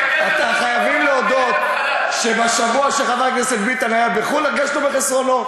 חייבים להודות שבשבוע שחבר הכנסת ביטן היה בחו"ל הרגשנו בחסרונו.